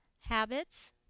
habits